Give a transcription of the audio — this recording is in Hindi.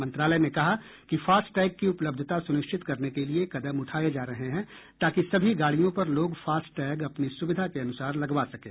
मंत्रालय ने कहा कि फास्टैग की उपलब्धता सुनिश्चित करने के लिए कदम उठाये जा रहे हैं ताकि सभी गाड़ियों पर लोग फास्टैग अपनी सुविधा के अनुसार लगवा सकें